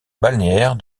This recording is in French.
balnéaire